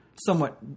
somewhat